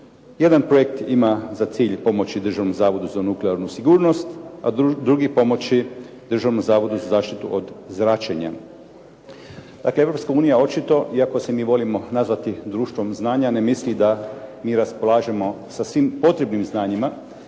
Jedan projekt ima za cilj pomoći Državnom zavodu za nuklearnu sigurnost, a druga pomoć je Državnom zavodu za zaštitu od zračenja. Dakle, Europska unija očito iako se mi volimo nazvati društvom znanja ne misli da mi raspolažemo sa svim potrebnim znanjima